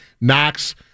Knox